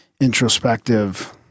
introspective